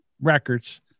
records